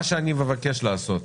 מה שאני מבקש לעשות,